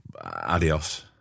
adios